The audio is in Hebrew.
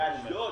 באשדוד.